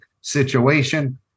situation